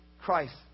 Christ